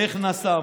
איך נסע,